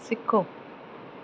ਸਿੱਖੋ